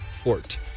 Fort